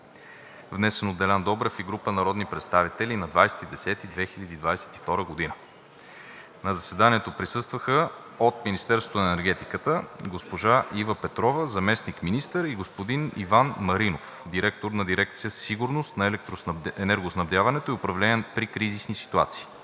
внесен от Делян Добрев и група народни представители на 20 октомври 2022 г. На заседанието присъстваха: от Министерството на енергетиката – госпожа Ива Петрова, заместник-министър, и господин Иван Маринов – директор на дирекция „Сигурност на енергоснабдяването и управление при кризисни ситуации“;